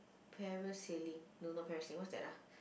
parasailing no not parasailing what's that ah